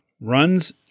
runs